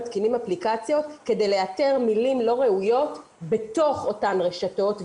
מתקינים אפליקציות כדי לאתר מילים לא ראויות בתוך אותן רשתות.